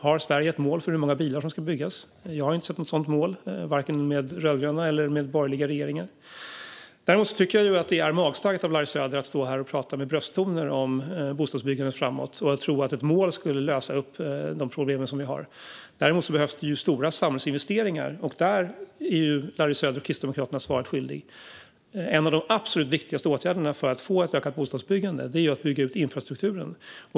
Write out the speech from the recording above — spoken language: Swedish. Har Sverige ett mål för hur många bilar som ska byggas? Jag har inte sett något sådant mål under vare sig den rödgröna eller den borgerliga regeringen. Jag tycker att det är magstarkt när Larry Söder tar i med brösttoner om bostadsbyggandet framöver och om att ett mål skulle lösa de problem som vi har. Däremot behövs det stora samhällsinvesteringar, och där är Larry Söder och Kristdemokraterna svaret skyldiga. En av de absolut viktigaste åtgärderna för att få ett ökat bostadsbyggande är att bygga ut infrastrukturen.